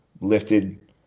lifted